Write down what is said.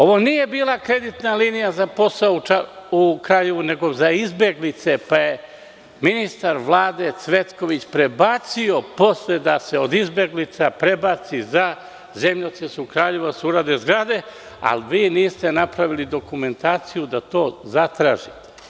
Ovo nije bila kreditna linija za posao u Kraljevu, nego za izbeglice, pa je ministar Vlade Cvetković prebacio da se od izbeglica prebaci za zemljotres u Kraljevu, da se urade zgrade, ali vi niste napravili dokumentaciju da to zatražite.